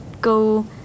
go